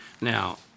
Now